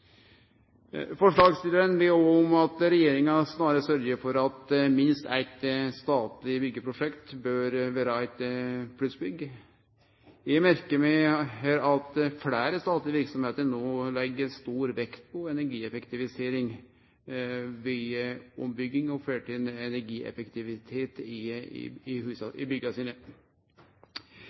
Forslagsstillarane ber òg om at regjeringa snarast sørgjer for at minst eitt statleg byggjeprosjekt blir eit plussbygg. Eg merkar meg at fleire statlege verksemder no legg stor vekt på energieffektivisering ved ombygging og fører energieffektivitet inn i bygga sine.